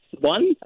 One